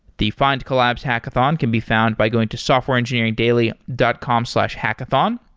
the findcollabs hackathon can be found by going to softwareengineeringdaily dot com slash hackathon.